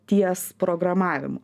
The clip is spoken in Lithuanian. ties programavimu